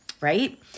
right